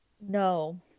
No